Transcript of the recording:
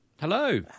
hello